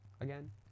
Again